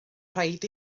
rhaid